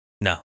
No